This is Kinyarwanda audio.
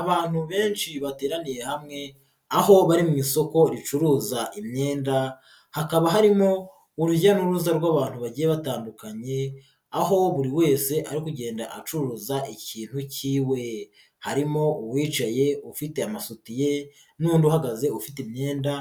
Abantu benshi bateraniye hamwe aho bari mu isoko ricuruza imyenda, hakaba harimo urujya n'uruza rw'abantu bagiye batandukanye aho buri wese ari kugenda acuruza ikintu cyiwe, harimo uwicaye ufite amasutiye n'undi uhagaze ufite imyenda